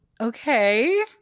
Okay